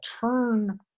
turn